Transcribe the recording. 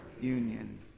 union